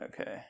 Okay